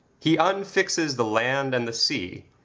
he unfixes the land and the sea,